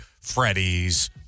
Freddy's